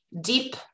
Deep